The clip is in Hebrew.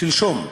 שלשום.